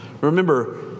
Remember